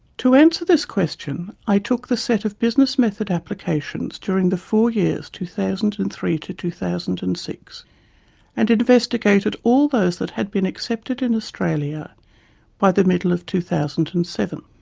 to answer this question i took the set of business method applications during the four years two thousand and three to two thousand and six and investigated all those that had been accepted in australia by the middle of two thousand and seven.